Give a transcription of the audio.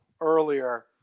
earlier